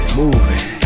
moving